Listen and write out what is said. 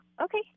okay